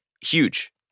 Huge